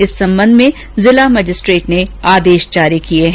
इस संबंध में जिला मजिस्ट्रेट ने आदेश जारी किए है